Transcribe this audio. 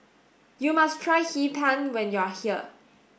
you must try Hee Pan when you are here